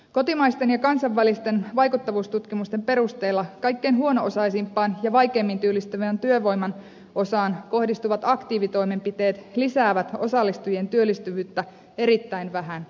kotimaisten ja kansainvälisten vaikuttavuustutkimusten perusteella kaikkein huono osaisimpaan ja vaikeimmin työllistyvän työvoiman osaan kohdistuvat aktiivitoimenpiteet lisäävät osallistujien työllistyvyyttä erittäin vähän tuskin lainkaan